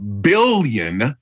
billion